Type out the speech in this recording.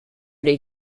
did